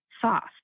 soft